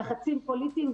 לחצים פוליטיים.